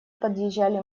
подъезжали